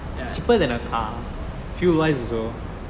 ya